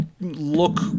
look